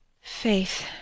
Faith